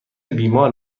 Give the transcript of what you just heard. بیمار